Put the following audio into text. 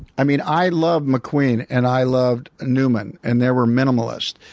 i mean i loved mcqueen, and i loved newman and they were minimalists.